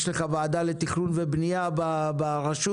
יש לך ועדה לתכנון ולבנייה ברשות